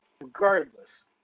Regardless